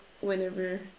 whenever